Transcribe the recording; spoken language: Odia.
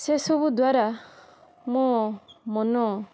ସେ ସବୁ ଦ୍ୱାରା ମୋ ମନ